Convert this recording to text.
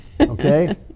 okay